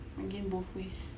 I gain both ways